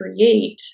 create